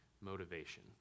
motivation